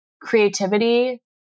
creativity